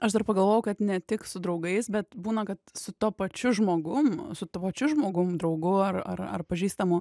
aš dar pagalvojau kad ne tik su draugais bet būna kad su tuo pačiu žmogum su tuo pačiu žmogum draugu ar ar ar pažįstamu